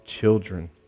children